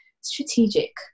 strategic